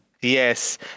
Yes